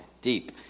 deep